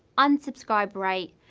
unsubscribe rate,